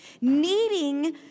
needing